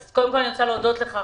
אז קודם אני רוצה להודות לך,